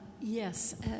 Yes